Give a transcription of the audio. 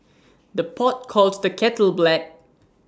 the pot calls the kettle black